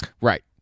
Right